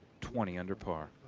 twenty under par.